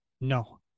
No